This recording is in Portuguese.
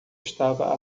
estava